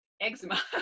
eczema